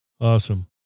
Awesome